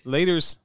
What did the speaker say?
Laters